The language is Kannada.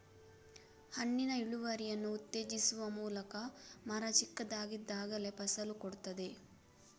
ಹಣ್ಣಿನ ಇಳುವರಿಯನ್ನು ಉತ್ತೇಜಿಸುವ ಮೂಲಕ ಮರ ಚಿಕ್ಕದಾಗಿದ್ದಾಗಲೇ ಫಸಲು ಕೊಡ್ತದೆ